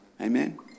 Amen